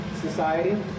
society